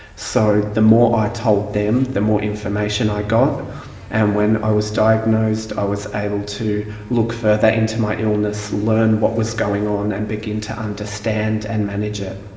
so the more ah i told them the more information i got and when i was diagnosed i was able to look further into my illness, learn what was going on and begin to understand and manage it.